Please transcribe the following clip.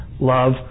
love